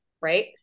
Right